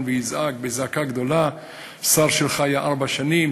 ויזעק זעקה גדולה: שר שלך היה ארבע שנים,